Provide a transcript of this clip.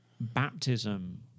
baptism